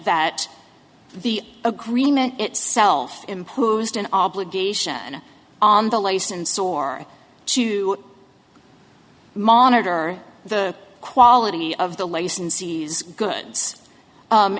that the agreement itself imposed an obligation on the license store to monitor the quality of the licensees good